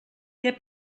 què